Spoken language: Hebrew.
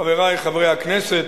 חברי חברי הכנסת,